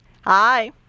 Hi